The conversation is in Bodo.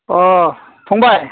अ फंबाय